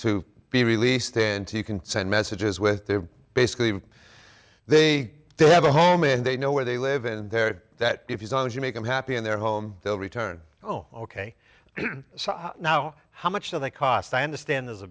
to be released into you can send messages with the basically they they have a home and they know where they live and they're that if you and you make them happy in their home they'll return oh ok now how much do they cost i understand there's a